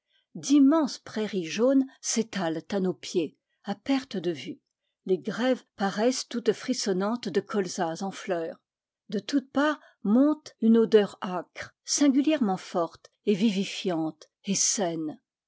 prai ries jaunes s'étalent à nos pieds à perte de vue les grèves paraissent toutes frissonnantes de colzas en fleur de toutes parts monte une odeur âcre singulièrement forte et vivi fiante et saine